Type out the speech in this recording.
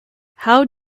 how